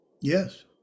Yes